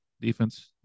defense